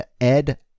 Ed